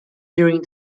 during